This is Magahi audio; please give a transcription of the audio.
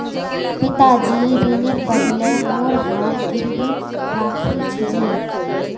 पिताजी ऋनेर बदले मोर हार गिरवी राखिल छिले